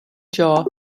jaw